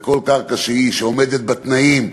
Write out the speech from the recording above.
בכל קרקע שעומדת בתנאים,